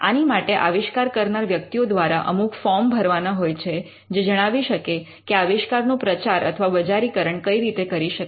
આની માટે આવિષ્કાર કરનાર વ્યક્તિઓ દ્વારા અમુક ફોર્મ ભરવાના હોય છે જે જણાવી શકે કે આવિષ્કાર નો પ્રચાર અથવા બજારીકરણ કઈ રીતે કરી શકાય